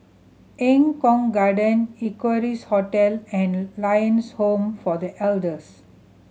Eng Kong Garden Equarius Hotel and Lions Home for The Elders